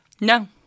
No